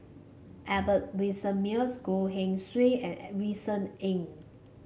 Albert Winsemius Goh Keng Swee and Vincent Ng